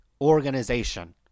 organization